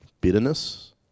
bitterness